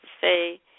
say